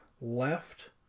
left